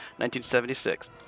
1976